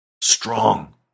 Strong